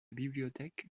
bibliothèque